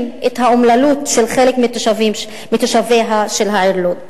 את האומללות של חלק מתושביה של העיר לוד.